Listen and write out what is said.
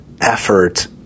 effort